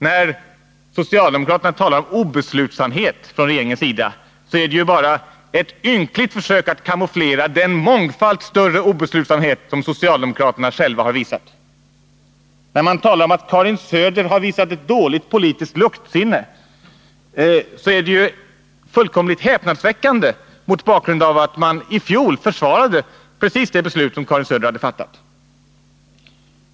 När socialdemokraterna talar om obeslutsamhet från regeringens sida är det ju bara ett ynkligt försök att kamouflera den mångfalt större obeslutsamhet som socialdemokraterna själva har visat. När de talar om att Karin Söder har visat ett dåligt politiskt luktsinne, är det fullkomligt häpnadsväckande mot bakgrund av att man i fjol försvarade precis det beslut som Karin Söder hade fattat.